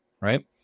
right